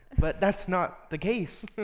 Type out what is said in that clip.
but that's not the case.